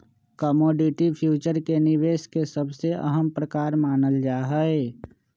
commodity future के निवेश के सबसे अहम प्रकार मानल जाहई